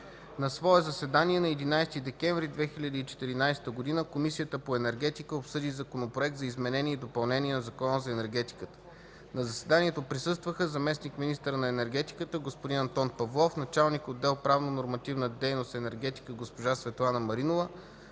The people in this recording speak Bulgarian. На свое заседание на 11 декември 2014 г., Комисията по енергетика обсъди Законопроект за изменение и допълнение на Закона за енергетиката. На заседанието присъстваха: заместник-министърът на енергетиката господин Антон Павлов, началник отдел „Правно-нормативна дейност – енергетика” госпожа Светлана Маринова;